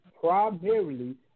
primarily